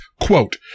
quote